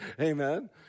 Amen